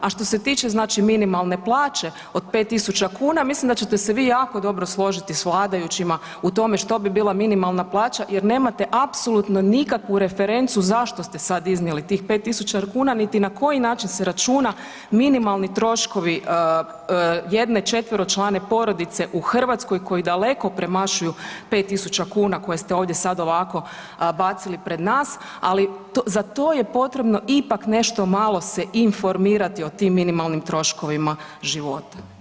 A što se tiče znači minimalne plaće od 5.000 kuna mislim da ćete se vi jako dobro složiti s vladajućima u tome što bi bila minimalna plaća jer nemate apsolutno nikakvu referencu zašto ste sad iznijeli tih 5.000 kuna niti na koji način se računa minimalni troškovi jedne četveročlane porodice u Hrvatskoj koji daleko premašuju 5.000 kuna koje ste ovdje sad ovako bacili pred nas, ali za to je potrebno ipak nešto malo se informirati o tim minimalnim troškovima života.